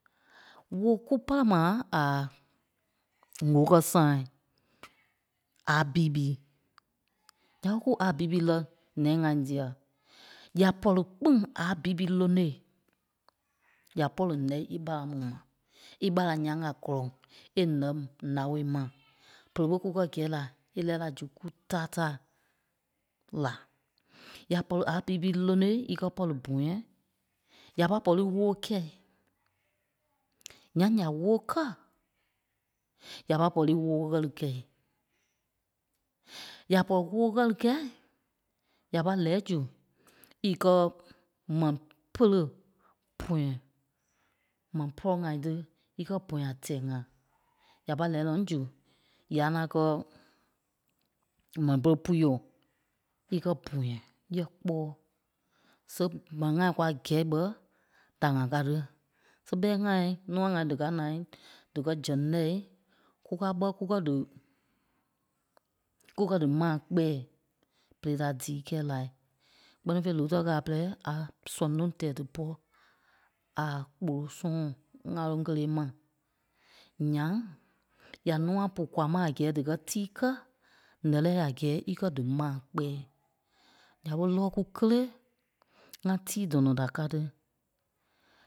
Wóo kú pɛ́lɛ ma a ŋ̀óo kɛ́ sãai. A B ɓ, ǹya ɓé kú A B ɓ lɛ̀ nɛnî ŋai dîa. Ya pɔ̂ri kpîŋ A B ɓ lónoi, ya pɔ̂ri nɛ̂i í ɓarâa ŋai dîa. í ɓarâŋ ǹyaŋ a gɔlɔŋ, é nɛ̂ ǹaoi ma. Bere ɓé kú kɛ̀ gɛ̂i la é lɛ́ɛ la zu kú táa taa, la. Ya pɔ̂ri A B ɓ lónoi í kɛ́ pɔ̂ri bɔ̃yɛɛi, ya pâi wóo kɛ̂i, ǹyaŋ ya wóo kɛ̀, ya pâi pɔ̂rii wóo ɣɛli kɛ̂i. Ya pɔ̂ri wóo ɣli kɛ̂i, ya pâi lɛɛi zu í kɛ́ mɛn pêle pɔ̃yɛ. M̀ɛn pɔlɔ ŋai tí, íkɛ bɔ̃yɛ a tɛ̀ɛ ŋa, ya pâi lɛɛi nɔ́ zu, yâa ná kɛ́ mɛn pêle pûi yo íkɛ bɔ̃yɛ yá kpɔ́ɔ. So m̀ɛi ŋai kwa gɛ̂i ɓɛ́, da ŋa ká tí. So ɓɛ́i ŋai nûa ŋa díkaa naai, díkɛ zɛŋ nɛ́i kúkaa ɓɛ́ kú kɛ́ dí kú kɛ́ dí maa kpɛ̀ɛ berei da tíi kɛ̂i lai. Kpɛ́ni fêi, Lutɛ ɣala pɛrɛi a sɛŋ loŋ tɛɛ dípɔ a kpolo sɔ̃ɔ ŋáloŋ kélee ma. Ǹyaŋ ya nûa pu kwaa ma a gɛ́ɛ díkɛ tíi kɛ́, nɛ́lɛɛi a gɛ́ɛ íkɛ dí maa kpɛɛ. Ǹya ɓé lɔ̂ku kélee, ŋá tíi dɔnɔ da ká tí.